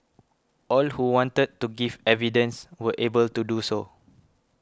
all who wanted to give evidence were able to do so